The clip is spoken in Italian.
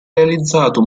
realizzato